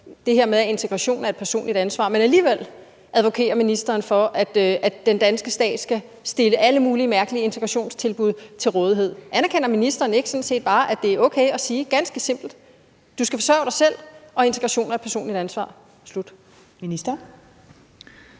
det her med integration er et personligt ansvar, men alligevel advokerer ministeren for, at den danske stat skal stille alle mulige mærkelige integrationstilbud til rådighed. Anerkender ministeren ikke bare, at det ganske simpelt er okay at sige, at du skal forsørge sig selv, og at integration er et personligt ansvar – slut?